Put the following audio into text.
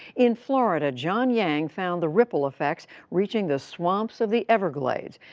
in florida, john yang found the ripple effects reaching the swamps of the everglades,